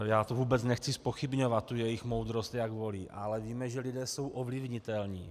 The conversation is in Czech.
Já vůbec nechci zpochybňovat jejich moudrost, jak volí, ale víme, že lidé jsou ovlivnitelní.